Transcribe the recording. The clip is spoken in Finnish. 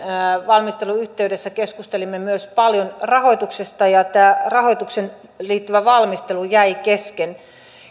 valmistelun yhteydessä keskustelimme myös paljon rahoituksesta ja tämä rahoitukseen liittyvä valmistelu jäi kesken